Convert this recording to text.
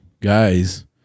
guys